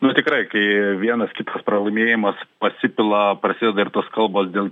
nu tikrai kai vienas kitas pralaimėjimas pasipila prasideda ir tos kalbos dėl